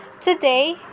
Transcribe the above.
Today